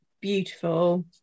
beautiful